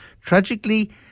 tragically